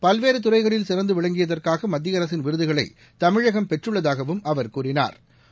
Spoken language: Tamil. பல்வேறு துறைகளில் சிறந்து விளங்கியதற்காக மத்திய அரசின் விருதுகளை தமிழகம் பெற்றுள்ளதாகவும் அவர் கூறினா்